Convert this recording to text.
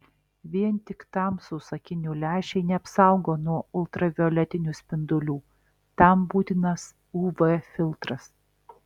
vien tik tamsūs akinių lęšiai neapsaugo nuo ultravioletinių spindulių tam būtinas uv filtras